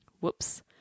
Whoops